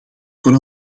voor